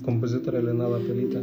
kompozitorė lina lapelytė